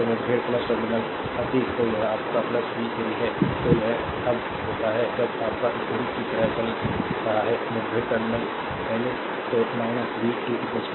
तो मुठभेड़ टर्मिनल अतीत तो यह आपका वी 3 है तो यह तब होता है जब आपका इस घड़ी की तरह चल रहा है मुठभेड़ टर्मिनल पहले तो वी 2 0